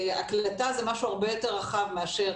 הקלטה זה משהו הרבה יותר רחב מאשר